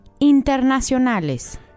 internacionales